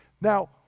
Now